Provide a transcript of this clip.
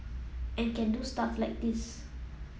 and can do stuff like this